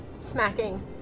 Smacking